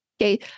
Okay